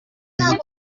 ziti